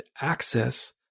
access